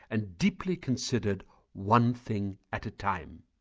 and deeply considered one thing at a time.